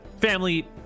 Family